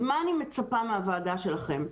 אז מה אני מצפה מהוועדה שלכם?